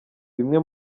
bimwe